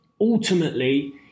ultimately